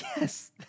Yes